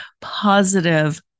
positive